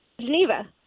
geneva